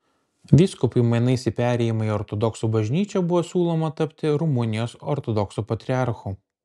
vyskupui mainais į perėjimą į ortodoksų bažnyčią buvo siūloma tapti rumunijos ortodoksų patriarchu